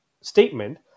statement